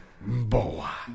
boa